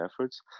efforts